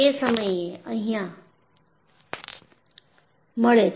તે તમને અહીંયા મળે છે